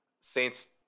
Saints